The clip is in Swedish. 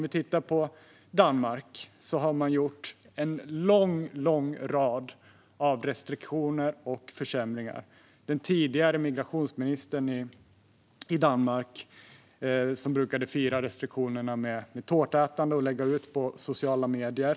I till exempel Danmark har man infört en lång rad restriktioner och försämringar. Den tidigare migrationsministern i Danmark brukade fira restriktionerna med tårtätande och lägga ut det på sociala medier.